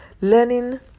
Learning